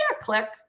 click